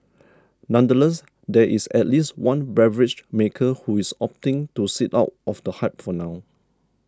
nonetheless there is at least one beverage maker who is opting to sit out of the hype for now